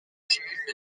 cumule